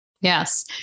Yes